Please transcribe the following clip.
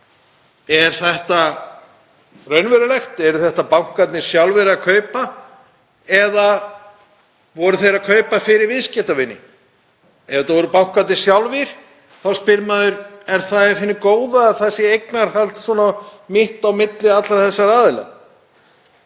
Er þetta raunverulegt? Eru þetta bankarnir sjálfir að kaupa eða voru þeir að kaupa fyrir viðskiptavini? Ef þetta voru bankarnir sjálfir þá spyr maður: Er það af hinu góða að það sé eignarhald á milli allra þessara aðila?